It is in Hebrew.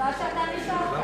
מזל שאתה נשארת.